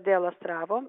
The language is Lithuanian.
dėl astravo